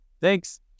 thanks